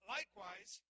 Likewise